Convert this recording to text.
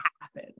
happen